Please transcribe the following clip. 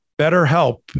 BetterHelp